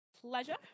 Pleasure